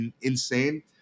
insane